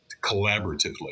collaboratively